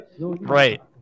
Right